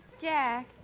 Jack